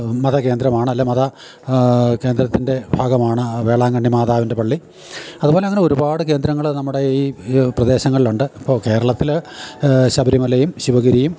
മത കേന്ദ്രമാണ് അല്ലെങ്കില് മത കേന്ദ്രത്തിൻ്റെ ഭാഗമാണ് വേളാങ്കണ്ണി മാതാവിൻ്റെ പള്ളി അതുപോലെയങ്ങനെ ഒരുപാട് കേന്ദ്രങ്ങള് നമ്മുടെ ഈ പ്രദേശങ്ങളിലുണ്ട് ഇപ്പോള് കേരളത്തില് ശബരിമലയും ശിവഗിരിയും